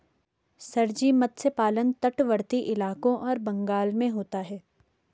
sir ji मत्स्य पालन तटवर्ती इलाकों और बंगाल में होता है